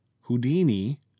Houdini